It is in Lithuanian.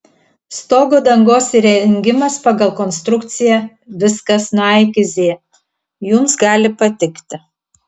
stogo dangos įrengimas pagal konstrukciją viskas nuo a iki z jums gali patikti